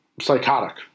psychotic